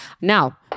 Now